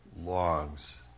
longs